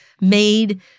made